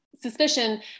suspicion